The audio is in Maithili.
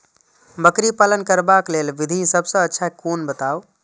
बकरी पालन करबाक लेल विधि सबसँ अच्छा कोन बताउ?